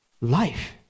life